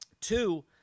Two